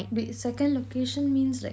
wait second location means like